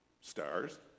stars